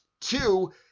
two